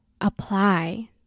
apply